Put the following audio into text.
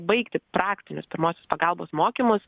baigti praktinius pirmosios pagalbos mokymus